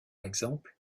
exemple